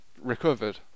recovered